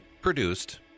produced